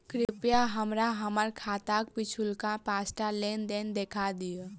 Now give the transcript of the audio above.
कृपया हमरा हम्मर खाताक पिछुलका पाँचटा लेन देन देखा दियऽ